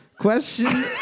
question